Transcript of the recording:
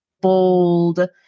bold